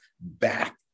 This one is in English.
back